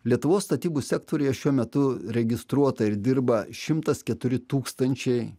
lietuvos statybų sektoriuje šiuo metu registruota ir dirba šimtas keturi tūkstančiai